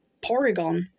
Porygon